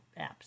apps